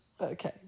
Okay